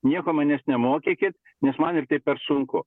nieko manęs nemokykit nes man ir taip per sunku